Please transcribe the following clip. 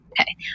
Okay